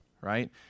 right